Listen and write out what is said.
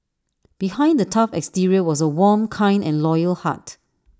behind the tough exterior was A warm kind and loyal heart